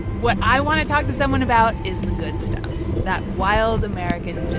what i want to talk to someone about is the good stuff that wild american